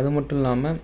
அது மட்டுல்லாமல்